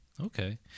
Okay